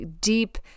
deep